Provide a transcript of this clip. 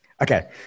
Okay